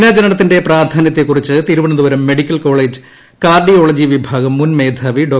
ദിനാചരണത്തിന്റെ പ്രാധാന്യത്തെക്കുറിച്ച് Thiruvananthapuram medical college cardiology വിഭാഗം മുൻ മേധാവി ഡോ